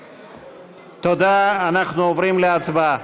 תודה, אנחנו עוברים להצבעה.